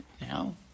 Now